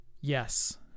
Yes